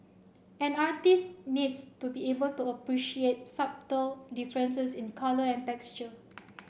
an artist needs to be able to appreciate subtle differences in colour and texture